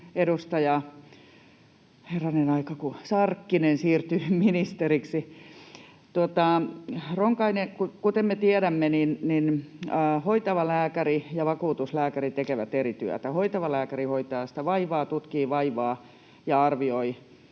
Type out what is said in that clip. edustaja Sarkkinen siirtyy ministeriksi. Kuten me tiedämme, niin hoitava lääkäri ja vakuutuslääkäri tekevät eri työtä. Hoitava lääkäri hoitaa sitä vaivaa, tutkii vaivaa ja arvioi